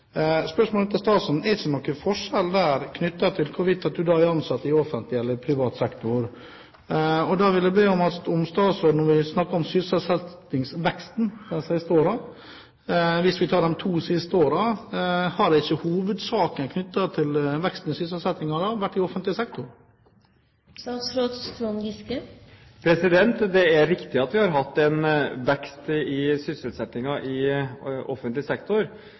Spørsmålet mitt til statsråden er: Er det noen forskjell på om man er ansatt i offentlig eller i privat sektor? Og så vil jeg be statsråden om å snakke om sysselsettingsveksten de siste årene. Hvis vi ser på de to siste årene, har ikke veksten i sysselsettingen hovedsakelig da vært i offentlig sektor? Det er riktig at vi har hatt en vekst i sysselsettingen i offentlig sektor,